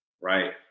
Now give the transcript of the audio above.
right